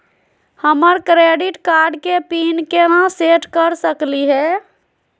हमर credit card के pin केना सेट कर सकली हे?